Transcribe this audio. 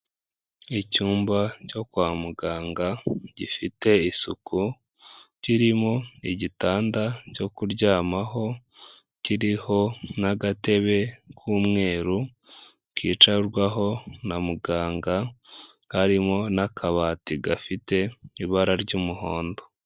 Icyumba cyo kwa muganga gifite isuku, kirimo igitanda cyo kuryamaho kiriho n'agatebe k'umweru kicarwaho na muganga, harimo n'akabati gafite ibara ry'umuhondo.